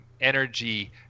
energy